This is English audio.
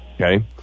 Okay